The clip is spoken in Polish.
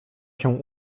się